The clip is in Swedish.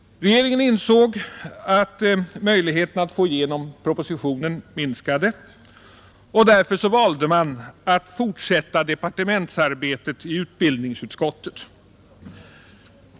Regeringen insåg att möjligheterna att få igenom propositionen minskade, och därför valde man att fortsätta departementsarbetet i utbildningsutskottet.